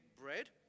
bread